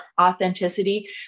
authenticity